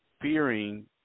fearing